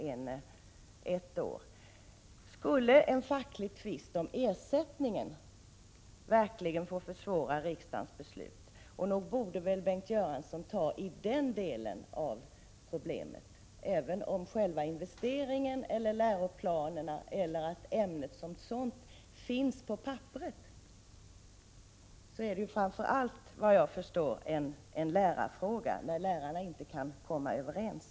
Då vill jag fråga: Skall en facklig tvist om ersättningen verkligen få försvåra genomförandet av riksdagens beslut? Nog borde väl Bengt Göransson ta tag i den delen av problemet. Det handlar ju framför allt om att lärarna inte kan komma överens.